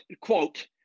quote